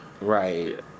Right